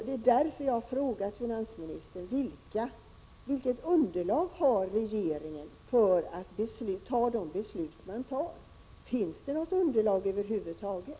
Det är därför jag har frågat finansministern vilket 69 dernas betydelse för underlag regeringen har för att fatta de beslut man fattar — finns det något underlag över huvud taget?